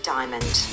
Diamond